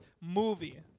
movie